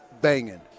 banging